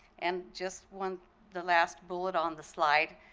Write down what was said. and just one the last bullet on the slide.